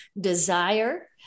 desire